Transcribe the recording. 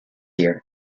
year